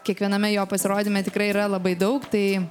kiekviename jo pasirodyme tikrai yra labai daug tai